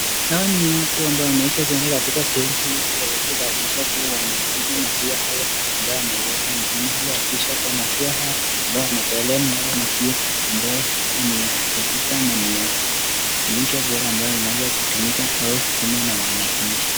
Hawa ni watu ambao wameweza kuenda katika sehemu hii ili waweze kuhakikisha kuwa wameipima maziwa haya ambayo wanaileta mjini ili wahakikishe kuwa maziwa haya ambayo yanatolewa ni yale maziwa ambayo ni ya hakika ama ni ya lishe bora ambayo inaweza kutumika au kukunywa na wananchi.